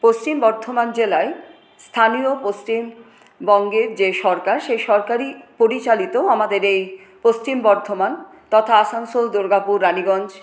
পশ্চিম বর্ধমান জেলায় স্থানীয় পশ্চিমবঙ্গের যে সরকার সেই সরকারি পরিচালিত আমাদের এই পশ্চিম বর্ধমান তথা আসানসোল দুর্গাপুর রানিগঞ্জ